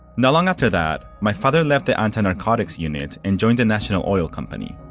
not long after that, my father left the anti-narcotics unit and joined the national oil company.